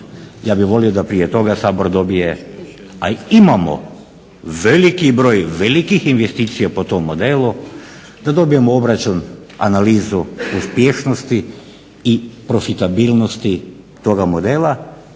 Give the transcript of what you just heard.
Ja bih volio da prije toga Sabor dobije, a imamo veliki broj velikih investicija po tom modelu, da dobijemo obračun, analizu uspješnosti i profitabilnosti toga modela